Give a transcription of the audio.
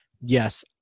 yes